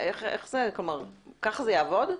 כך זה יעבוד?